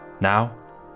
Now